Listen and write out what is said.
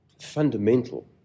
fundamental